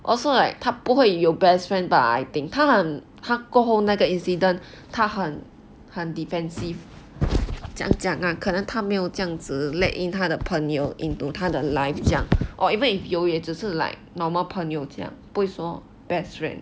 also like 他不会有 best friend 的 I think 他很他过后那个 incident 他很很 defensive 怎样讲可能他没有这样子 let in 他的朋友 into 他的 life 这样 or even if 有也只是 like normal 朋友这样不会说 best friend